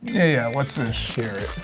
yeah, yeah let's share it.